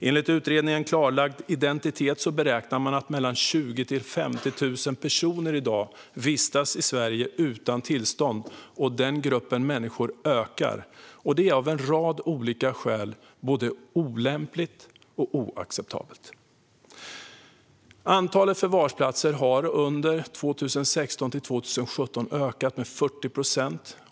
Enligt utredningen Klarlagd identitet beräknas 20 000-50 000 personer i dag vistas i Sverige utan tillstånd. Den gruppen människor ökar, och det är av en rad olika skäl både olämpligt och oacceptabelt. Antalet förvarsplatser har under 2016-2017 ökat med 40 procent.